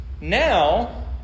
Now